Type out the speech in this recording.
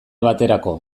baterako